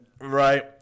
Right